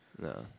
No